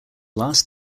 last